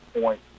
point